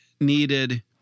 needed